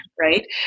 right